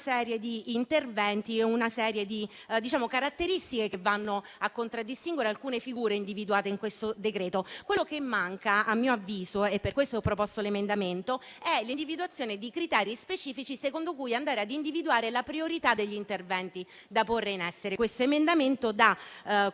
serie di interventi e una serie di caratteristiche che vanno a contraddistinguere alcune figure individuate nel decreto. Quello che manca - a mio avviso - e per questo ho proposto l'emendamento, è l'individuazione di criteri specifici secondo cui andare a individuare la priorità degli interventi da porre in essere. L'emendamento in